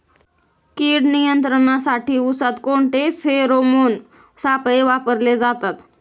कीड नियंत्रणासाठी उसात कोणते फेरोमोन सापळे वापरले जातात?